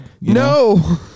No